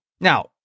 Now